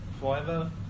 forever